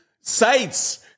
sites